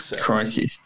crikey